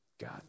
God